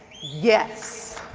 yes.